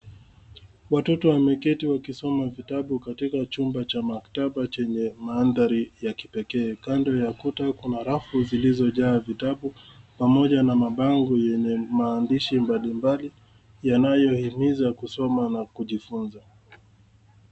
Watoto wameketi wakisoma vitabu katika chumba cha maktaba chenye mandhari ya kipekee. Kando ya kuta kuna rafu zilizojaa vitabu pamoja na mabango yenye maandishi mbali mbali yanayo himiza kusoma na kujifunza.